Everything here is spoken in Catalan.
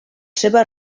seves